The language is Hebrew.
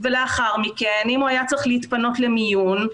ולאחר מכן אם הוא היה צריך להתפנות למיון,